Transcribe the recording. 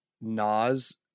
Nas